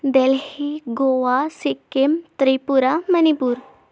دلہی گووا سکم تریپورہ منی پور